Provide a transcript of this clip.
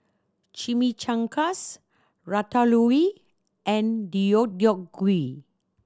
Chimichangas Ratatouille and Deodeok Gui